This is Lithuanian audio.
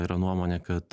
yra nuomonė kad